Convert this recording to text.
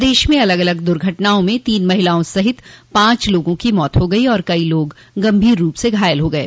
प्रदेश में अलग अलग दुर्घटनाओं में तीन महिलाओं सहित पांच लोगों की मौत हो गई और कई लोग गंभीर रूप से घायल हो गये